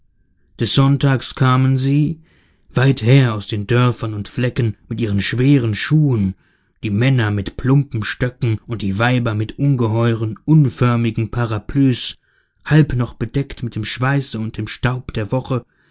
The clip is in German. des sonntags kamen sie weither aus den dörfern und flecken mit ihren schweren schuhen die männer mit plumpen stöcken und die weiber mit ungeheuren unförmigen parapluies halb noch bedeckt mit dem schweiße und dem staub der woche